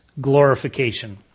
glorification